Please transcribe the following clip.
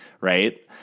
right